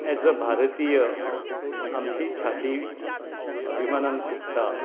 as a भारतीय आमची छाती अभिमानान फुगता